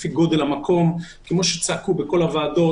לפי גודל המקום, כמו שצעקו בכל הוועדות.